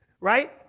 Right